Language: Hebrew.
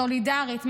סולידרית,